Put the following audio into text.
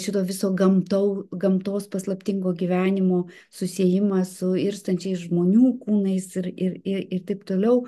šito viso gamtau gamtos paslaptingo gyvenimo susiejimą su irstančiais žmonių kūnais ir ir i taip toliau